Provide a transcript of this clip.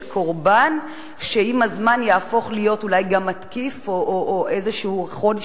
קורבן שעם הזמן יהפוך להיות אולי גם מתקיף או איזשהו חולי